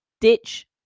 ditch